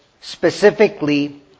specifically